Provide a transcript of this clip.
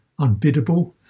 unbiddable